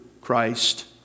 Christ